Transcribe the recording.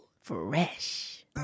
Fresh